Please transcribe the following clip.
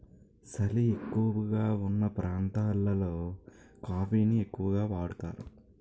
సలి ఎక్కువగావున్న ప్రాంతాలలో కాఫీ ని ఎక్కువగా వాడుతారు